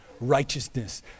righteousness